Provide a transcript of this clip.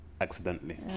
accidentally